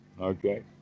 okay